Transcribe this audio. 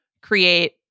create